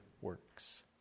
works